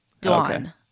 Dawn